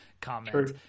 comment